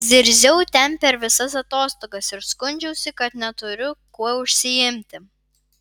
zirziau ten per visas atostogas ir skundžiausi kad neturiu kuo užsiimti